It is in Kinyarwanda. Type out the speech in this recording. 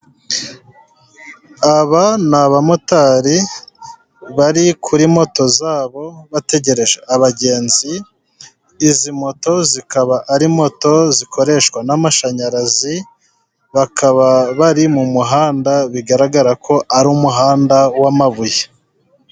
Aba ni abamotari bari kuri moto za bo bategereje abagenzi, izi moto zikaba ari moto zikoreshwa n'amashanyarazi, bakaba bari mu muhanda, bigaragara ko ari umuhanda w'amabuye.